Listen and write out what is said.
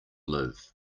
live